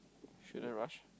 should they rush